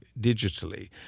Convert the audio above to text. digitally